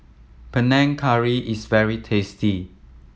Panang Curry is very tasty